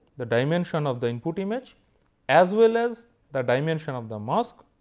the dimension of the input image as well as the dimension of the mask.